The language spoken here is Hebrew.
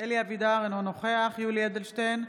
אלי אבידר, אינו נוכח יולי יואל אדלשטיין,